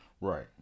Right